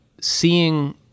seeing